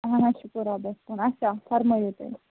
اہن حظ شُکُر رۄبَس کُن اَچھا فَرمٲیِو تیٚلہِ